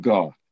God